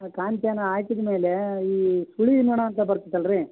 ಕಾಂಚನ ಹಾಕಿದ ಮೇಲೆ ಈ ಸುಳಿ ನೊಣ ಅಂತ ಬರ್ತದಲ್ರಿ